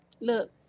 Look